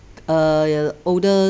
err older